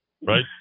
Right